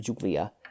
Julia